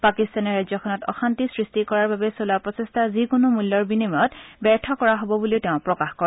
পাকিস্তানে ৰাজ্যখনত অশান্তি সৃষ্টি কৰাৰ বাবে চলোৱা প্ৰচেষ্টা যিকোনো মূল্যৰ বিনিময়ত ব্যৰ্থ কৰা হব বুলিও তেওঁ প্ৰকাশ কৰে